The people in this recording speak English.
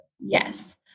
Yes